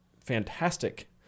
fantastic